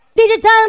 Digital